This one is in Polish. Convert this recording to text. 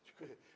Dziękuję.